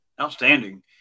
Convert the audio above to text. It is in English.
Outstanding